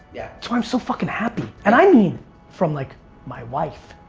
yeah. that's why i'm so fuckin' happy. and i mean from like my wife,